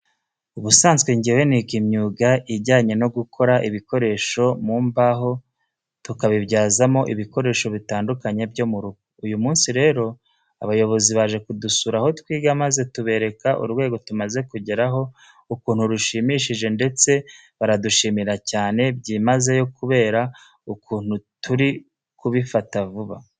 Ubusanzwe njyewe niga imyuga ijyanye no gukora ibikoresho mu mbaho tukabibyazamo ibikoresho bitandukanye byo mu rugo. Uyu munsi rero abayobozi baje kudusura aho twiga maze tubereka urwego tumaze kugeraho ukuntu rushimishije ndetse baradushimira cyane byimazeyo kubera ukuntu turi kubifata vuba.